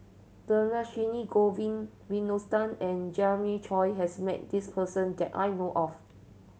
Dhershini Govin and Jeremiah Choy has met this person that I know of